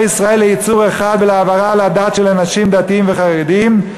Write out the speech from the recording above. ישראל ליצור אחד ולהעברה על הדעת של אנשים דתיים וחרדים,